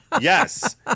Yes